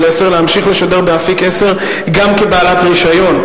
10" להמשיך לשדר באפיק 10 גם כבעלת רשיון,